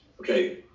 okay